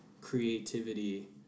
creativity